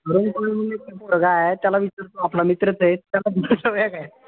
पोरगा आहे त्याला विचारतो आपला मित्रच आहे त्याला काय